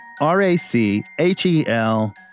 R-A-C-H-E-L